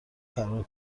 فرار